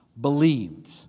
believed